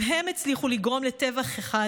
אם הם הצליחו לגרום לטבח אחד,